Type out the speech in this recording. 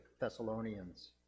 Thessalonians